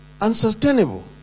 unsustainable